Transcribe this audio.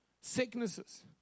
sicknesses